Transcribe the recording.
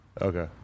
Okay